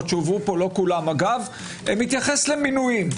שהובאו פה לא כולן מתייחס למינויים,